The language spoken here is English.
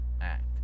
act